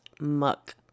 muck